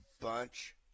bunch